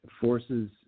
forces